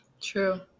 true